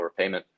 overpayment